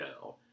no